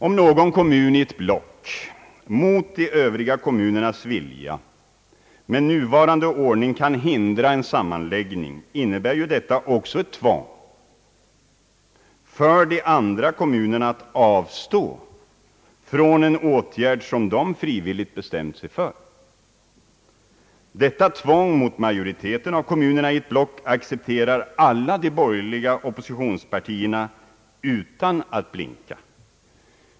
Om någon kommun i ett block, mot de övriga kommunernas vilja, med nuvarande ordning kan hindra en sammanläggning, innebär ju detta också ett tvång för de andra kommunerna att avstå från en åtgärd som de frivilligt bestämt sig för. Detta tvång mot majoriteten av kommunerna i ett block accepterar alla de borgerliga oppositionspartierna utan att blinka.